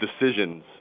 decisions